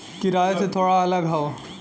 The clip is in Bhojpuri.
किराए से थोड़ा अलग हौ